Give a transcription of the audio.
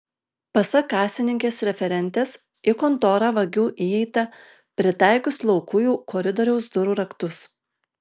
pasak kasininkės referentės į kontorą vagių įeita pritaikius laukujų koridoriaus durų raktus